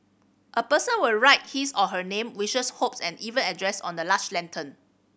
a person will write his or her name wishes hopes and even address on the large lantern